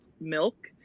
milk